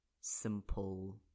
simple